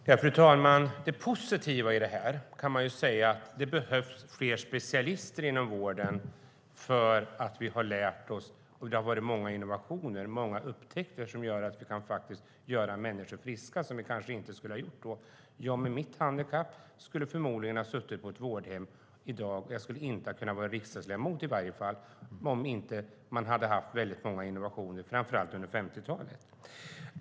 Fru talman! Det positiva i det här är, kan man säga, att det behövs fler specialister inom vården. Vi har lärt oss mycket, det har skett många innovationer och upptäckter som innebär att vi kan göra människor friska, vilket vi kanske inte kunde tidigare. Jag med mitt handikapp skulle förmodligen ha suttit på ett vårdhem i dag. Jag skulle i alla fall inte ha kunnat vara riksdagsledamot om det inte hade gjorts många innovationer, framför allt under 50-talet.